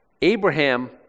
Abraham